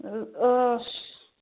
ꯑꯁ